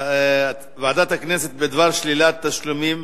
הצעת ועדת הכנסת בדבר שלילת תשלומים